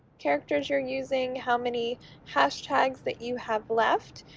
characters you're using, how many hashtags that you have left,